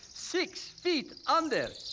six feet under.